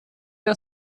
der